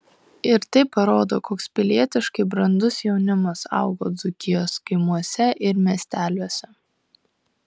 ir tai parodo koks pilietiškai brandus jaunimas augo dzūkijos kaimuose ir miesteliuose